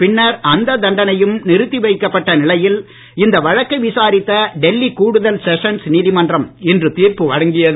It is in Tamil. பின்னர் அந்த தண்டனையும் நிறுத்தி வைக்கப்பட்ட நிலையில் இந்த வழக்கை விசாரித்த டெல்லி கூடுதல் செஷன் நீதிமன்றம் இன்று தீர்ப்பு வழங்கியது